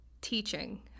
teaching